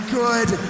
good